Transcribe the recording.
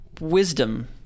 wisdom